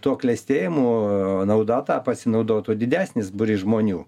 to klestėjimų nauda ta pasinaudotų didesnis būrys žmonių